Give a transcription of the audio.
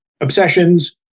obsessions